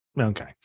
okay